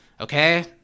Okay